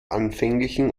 anfänglichen